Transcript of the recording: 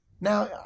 Now